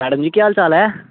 madam ji केह् हाल चाल ऐ